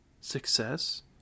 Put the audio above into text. success